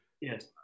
yes